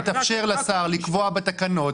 יתאפשר לשר לקבוע בתקנות,